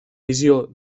visió